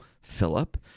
Philip